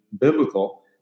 biblical